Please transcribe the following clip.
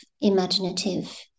imaginative